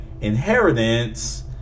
inheritance